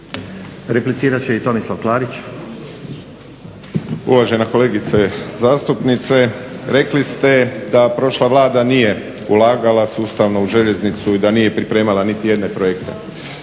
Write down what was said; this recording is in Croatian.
**Klarić, Tomislav (HDZ)** Uvažena kolegice zastupnice rekli ste da prošla Vlada nije ulagala sustavno u željeznicu i da nije pripremala nitijedne projekte.